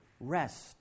rest